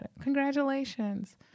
Congratulations